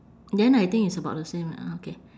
then I think it's about the same lah okay